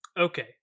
Okay